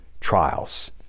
trials